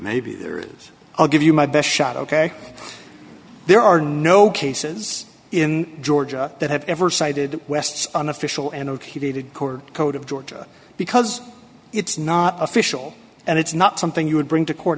maybe there is i'll give you my best shot ok there are no cases in georgia that have ever cited west's unofficial and heated court code of georgia because it's not official and it's not something you would bring to court